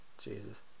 Jesus